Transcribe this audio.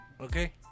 okay